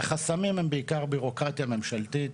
החסמים הם בעיקר בירוקרטיה ממשלתית.